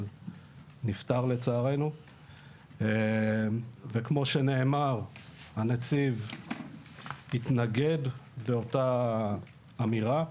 נפטר לצערנו וכמו שנאמר הנציב התנגד לאותה אמירה,